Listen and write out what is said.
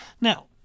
Now